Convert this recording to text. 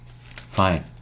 Fine